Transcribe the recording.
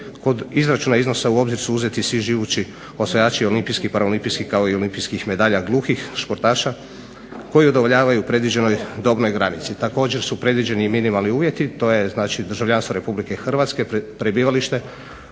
Kod izračuna iznosa u obzir su uzeti svi živući osvajači olimpijskih i paraolimpijskih kao i olimpijskih medalja gluhih sportaša koji udovoljavaju predviđenoj dobnoj granici. Također su predviđeni i minimalni uvjeti, to je znači državljanstvo RH, prebivalište